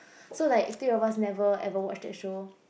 so like three of us never watch the show